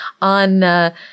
on